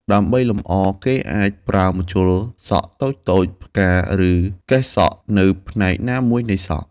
ដើម្បីលម្អ គេអាចប្រើម្ជុលសក់តូចៗ ផ្កា ឬកេសសក់នៅផ្នែកណាមួយនៃសក់។